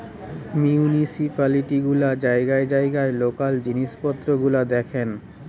municipality গুলা জায়গায় জায়গায় লোকাল জিনিস পত্র গুলা দেখেন